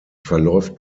verläuft